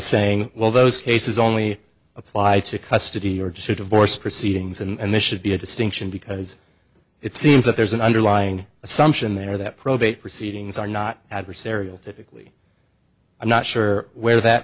saying well those cases only apply to custody or to divorce proceedings and this should be a distinction because it seems that there's an underlying assumption there that probate proceedings are not adversarial typically i'm not sure where that